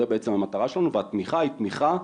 זה בעצם המטרה שלנו והתמיכה היא תמיכה,